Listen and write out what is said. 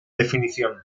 definición